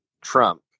Trump